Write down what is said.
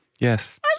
Yes